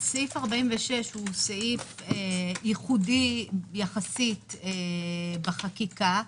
סעיף 46 הוא ייחודי יחסית בחקיקה.